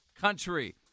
Country